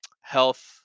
health